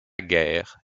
guerre